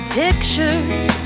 pictures